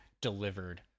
delivered